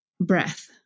breath